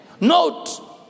Note